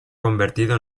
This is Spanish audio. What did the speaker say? convertido